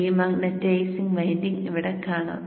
demagnetising winding ഇവിടെ കാണാം